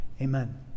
Amen